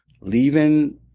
leaving